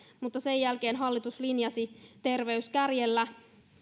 mutta sen jälkeen hallitus linjasi terveyskärjellä